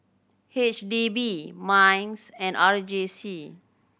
H D B MINDS and R J C